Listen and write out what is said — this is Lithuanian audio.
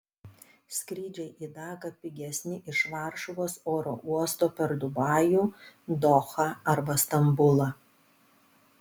skrydžiai į daką pigesni iš varšuvos oro uosto per dubajų dohą arba stambulą